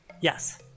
Yes